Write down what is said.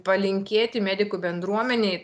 palinkėti medikų bendruomenei